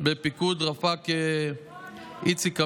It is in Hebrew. בפיקוד רפ"ק איציק אמיר,